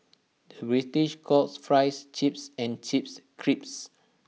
the British calls Fries Chips and Chips Crisps